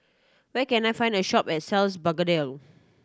where can I find a shop and sells Blephagel